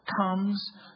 comes